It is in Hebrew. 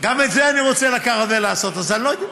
גם את זה אני רוצה לקחת ולעשות, אז אני לא יודע.